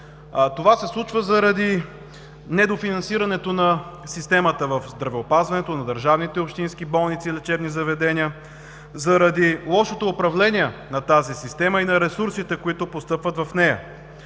Това се случва заради недофинансирането на системата в здравеопазването на държавните и общински болници и лечебни заведения, заради лошото управление на тази система и на ресурсите, които постъпват в нея.